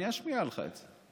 אני אשמיע לך את זה.